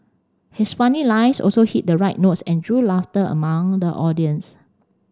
his funny lines also hit the right notes and drew laughter among the audience